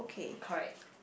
correct